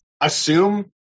assume